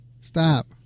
Stop